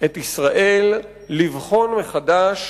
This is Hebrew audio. את ישראל לבחון מחדש